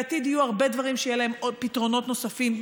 בעתיד יהיו הרבה דברים שיהיו להם עוד פתרונות נוספים,